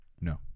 No